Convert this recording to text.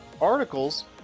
articles